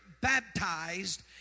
baptized